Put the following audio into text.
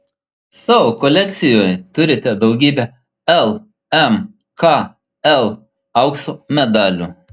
savo kolekcijoje turite daugybę lmkl aukso medalių